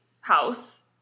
house